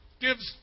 gives